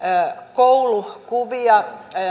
koulukuvia